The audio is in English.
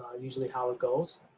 usually how it goes.